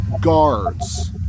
guards